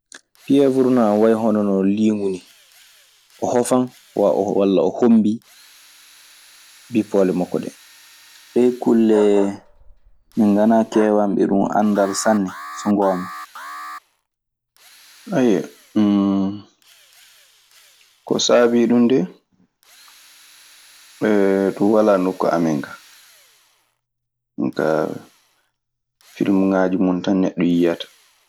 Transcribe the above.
Pieeɓr non, ana wayi hono no liingu nii. O hofan walla o hombii bippoole makko ɗee. Ɗee kulle, min ngonaa keewanɓe ɗun anndal sanne, so ngoonga. Ayyo, ko saabii ɗun dee ɗun walaa nokku amen gaa. Jonkaa filmuŋaaji mun tan neɗɗo yiyata.